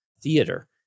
theater